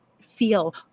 feel